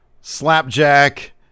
Slapjack